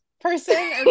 person